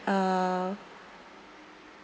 uh